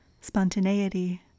spontaneity